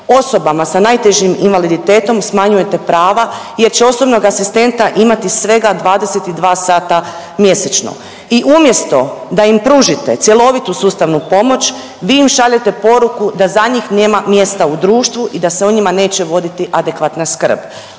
Osoba sa najtežim invaliditetom smanjujete prava jer će osobnog asistenta imati svega 22 sata mjesečno. I umjesto da im pružite cjelovitu sustavnu pomoć vi im šaljete poruku da za njih nema mjesta u društvu i da se o njima neće voditi adekvatna skrb.